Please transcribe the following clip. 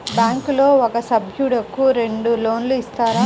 బ్యాంకులో ఒక సభ్యుడకు రెండు లోన్లు ఇస్తారా?